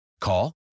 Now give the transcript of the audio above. Call